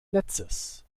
netzes